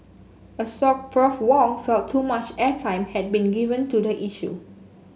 Assoc Prof Wong felt too much airtime had been given to the issue